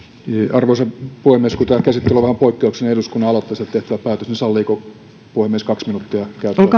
arvoisa puhemies kun tämä käsittely on vähän poikkeuksellinen eduskunnan aloitteesta tehtävä päätös niin salliiko puhemies kaksi minuuttia käyttää tässä yhteydessä